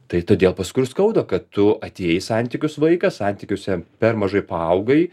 tai todėl paskui ir skauda kad tu atėjai į santykius vaikas santykiuose per mažai paaugai